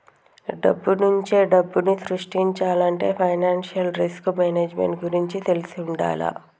డబ్బునుంచే డబ్బుని సృష్టించాలంటే ఫైనాన్షియల్ రిస్క్ మేనేజ్మెంట్ గురించి తెలిసి వుండాల